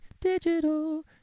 digital